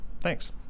Thanks